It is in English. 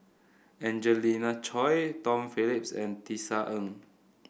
Angelina Choy Tom Phillips and Tisa Ng